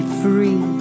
free